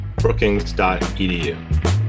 brookings.edu